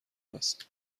است